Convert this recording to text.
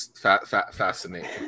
fascinating